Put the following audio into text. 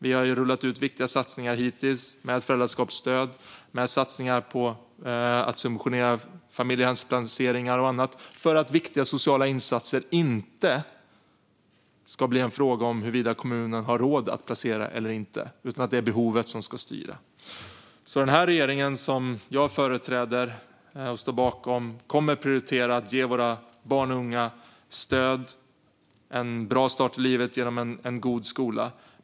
Vi har rullat ut viktiga satsningar hittills med föräldraskapsstöd, med satsningar på att subventionera familjehemsplaceringar och annat för att viktiga sociala insatser inte ska bli en fråga om huruvida kommuner har råd att placera barn eller inte utan att det är behovet som ska styra. Den regering som jag företräder och står bakom kommer att prioritera att ge våra barn och unga stöd och en bra start i livet genom en god skola.